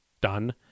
Done